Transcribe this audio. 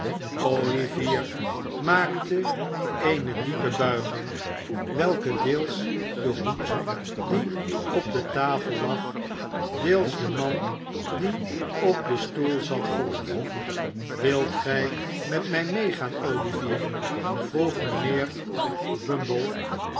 olivier maakte eene diepe buiging welke deels den hoed die op de tafel lag deels den man die op den stoel zat gold wilt gij met mij meegaan olivier vroeg mijnheer bumble